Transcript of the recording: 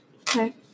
Okay